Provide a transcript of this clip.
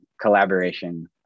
collaboration